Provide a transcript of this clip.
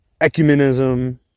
ecumenism